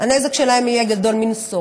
הנזק שלהם יהיה גדול מנשוא.